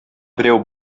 берәү